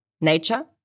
Nature